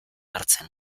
hartzen